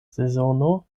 sezono